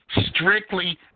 strictly